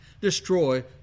destroy